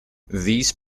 these